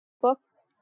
books